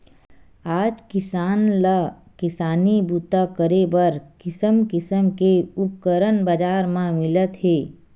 आज किसान ल किसानी बूता करे बर किसम किसम के उपकरन बजार म मिलत हे